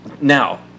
Now